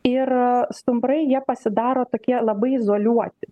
ir stumbrai jie pasidaro tokie labai izoliuoti